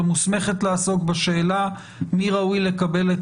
לא מוסמכת לעסוק בשאלה מי ראוי לקבל את